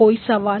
कोई सवाल